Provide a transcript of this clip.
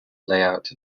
layout